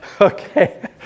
Okay